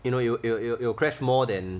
you know it'll it will will crash more than